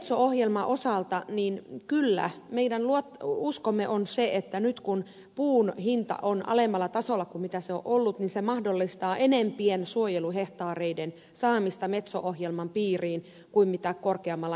metso ohjelman osalta meidän uskomme on se että nyt kun puun hinta on alemmalla tasolla kuin se on ollut se mahdollistaa enempien suojeluhehtaareiden saamisen metso ohjelman piiriin kuin korkeammalla hintatasolla